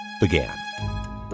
began